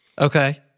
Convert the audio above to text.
Okay